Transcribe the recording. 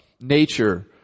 nature